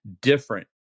different